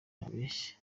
yabeshye